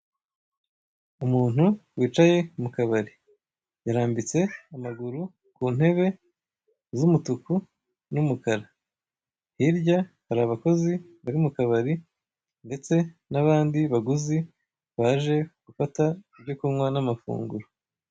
Umuntu wicaye mukabari yarambitse amaguru kuntebe z'umutuku n'umukara hirya hari abakozi bari mukabari ndetse n'abandi baguzi baje gufata ibyo kunkwa n'amafunguro.